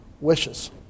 wishes